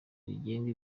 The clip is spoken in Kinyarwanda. riteganya